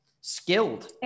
skilled